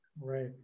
Right